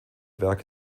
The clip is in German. werke